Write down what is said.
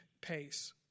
pace